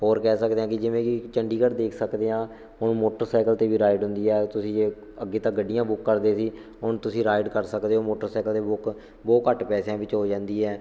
ਹੋਰ ਕਹਿ ਸਕਦੇ ਹਾਂ ਕਿ ਜਿਵੇਂ ਕਿ ਚੰਡੀਗੜ੍ਹ ਦੇਖ ਸਕਦੇ ਹਾਂ ਹੁਣ ਮੋਟਰਸਾਈਕਲ 'ਤੇ ਵੀ ਰਾਈਡ ਹੁੰਦੀ ਹੈ ਤੁਸੀਂ ਜੇ ਅੱਗੇ ਤਾਂ ਗੱਡੀਆਂ ਬੁੱਕ ਕਰਦੇ ਸੀ ਹੁਣ ਤੁਸੀਂ ਰਾਈਡ ਕਰ ਸਕਦੇ ਹੋ ਮੋਟਰਸਾਈਕਲ ਦੇ ਬੁੱਕ ਬਹੁਤ ਘੱਟ ਪੈਸਿਆਂ ਵਿੱਚ ਹੋ ਜਾਂਦੀ ਹੈ